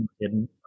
hidden